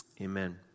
Amen